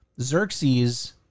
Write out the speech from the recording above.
Xerxes